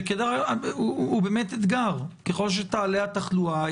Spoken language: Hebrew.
שהוא באמת אתגר ככל שתעלה התחלואה,